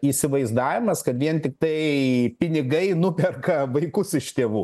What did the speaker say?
įsivaizdavimas kad vien tiktai pinigai nuperka vaikus iš tėvų